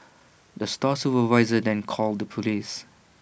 the store supervisor then called the Police